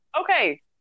Okay